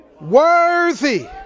Worthy